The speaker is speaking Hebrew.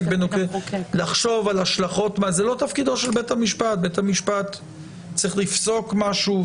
זה בעיניי דבר משמעותי.